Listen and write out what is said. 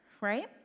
right